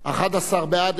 בעד.